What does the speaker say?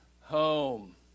home